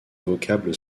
vocable